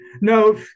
No